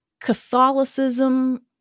Catholicism